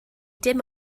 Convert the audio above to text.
dim